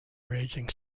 raging